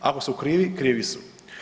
Ako su krivi, krivi su.